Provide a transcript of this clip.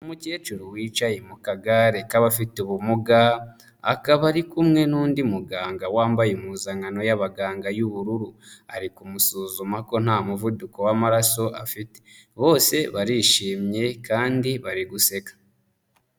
Umukecuru wicaye mu kagare k'abafite ubumuga akaba ari kumwe n'undi muganga wambaye impuzankano y'abaganga y'ubururu. Ari kumusuzuma ko nta muvuduko w'amaraso afite, bose barishimye kandi bari guseka.